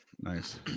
Nice